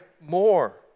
more